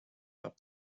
have